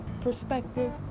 perspective